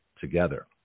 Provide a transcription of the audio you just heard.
together